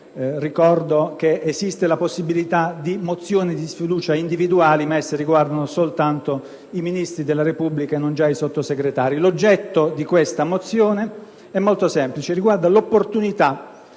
Ricordo che esiste la possibilità di mozioni di sfiducia individuali, ma esse riguardano soltanto i Ministri della Repubblica e non già i Sottosegretari. L'oggetto di questa mozione è molto semplice e riguarda l'opportunità